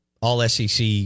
all-SEC